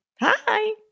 Hi